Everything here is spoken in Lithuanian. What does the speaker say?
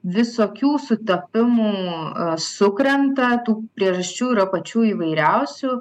visokių sutapimų sukrenta tų priežasčių yra pačių įvairiausių